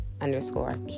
underscore